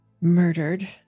murdered